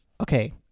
Okay